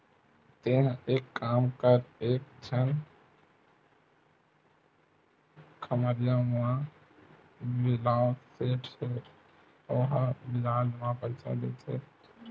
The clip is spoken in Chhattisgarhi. तेंहा एक काम कर एक झन खम्हरिया म बिलवा सेठ हे ओहा बियाज म पइसा देथे